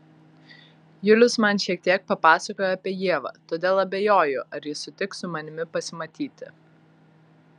julius man šiek tiek papasakojo apie ievą todėl abejoju ar ji sutiks su manimi pasimatyti